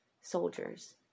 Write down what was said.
Soldiers